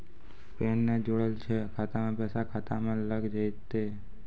Pan ने जोड़लऽ छै खाता मे पैसा खाता मे लग जयतै?